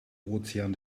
ozean